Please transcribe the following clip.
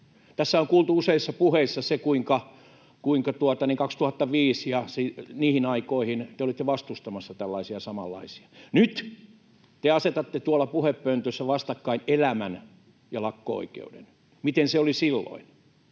Tässä on kuultu useissa puheissa, kuinka 2005 ja niihin aikoihin te olitte vastustamassa tällaisia samanlaisia. Nyt te asetatte tuolla puhepöntössä vastakkain elämän ja lakko-oikeuden. Miten se oli silloin?